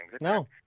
No